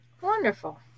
wonderful